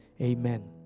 Amen